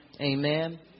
Amen